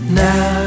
now